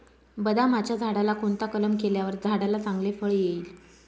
बदामाच्या झाडाला कोणता कलम केल्यावर झाडाला चांगले फळ येईल?